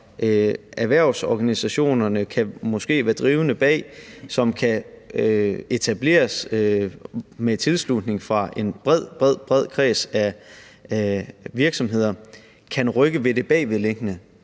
erhvervsorganisationerne måske kan være drivende bag og kan etableres med tilslutning fra en bred, bred kreds af virksomheder, kan rykke ved det bagvedliggende,